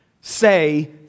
Say